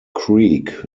creek